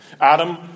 Adam